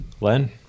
Len